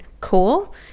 Cool